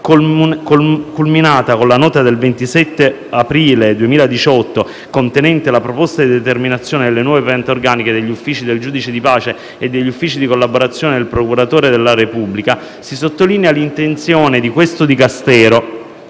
culminata con la nota del 27 aprile 2018 contenente la proposta di determinazione delle nuove piante organiche degli uffici del giudice di pace e degli uffici di collaborazione del procuratore della Repubblica, si sottolinea l'intenzione di questo Dicastero